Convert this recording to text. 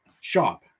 shop